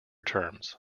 terms